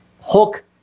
Hulk